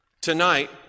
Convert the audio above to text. Tonight